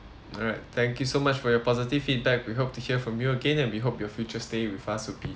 alright thank you so much for your positive feedback we hope to hear from you again and we hope your future stay with us would be